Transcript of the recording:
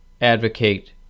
advocate